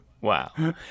Wow